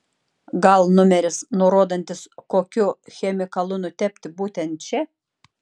gal numeris nurodantis kokiu chemikalu nutepti būtent čia